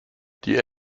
die